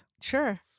Sure